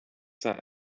that